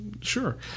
Sure